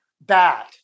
bad